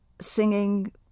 singing